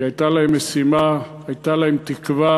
כי הייתה להם משימה, הייתה להם תקווה,